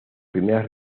primeras